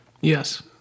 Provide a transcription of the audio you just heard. Yes